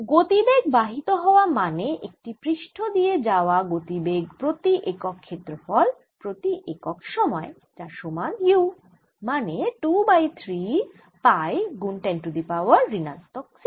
গতিবেগ বাহিত হওয়া মানে একটি পৃষ্ঠ দিয়ে যাওয়া গতিবেগ প্রতি একক ক্ষেত্রফল প্রতি একক সময় যার সমান u মানে 2 বাই 3 পাই গুন 10 টু দি পাওয়ার ঋণাত্মক 6